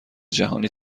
جهانی